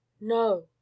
no